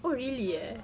oh really eh